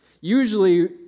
Usually